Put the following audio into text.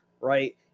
right